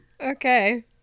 Okay